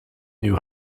knew